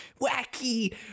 wacky